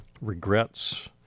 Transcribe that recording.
Regrets